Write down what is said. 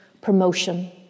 promotion